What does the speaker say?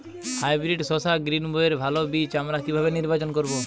Hybrid শসা গ্রীনবইয়ের ভালো বীজ আমরা কিভাবে নির্বাচন করব?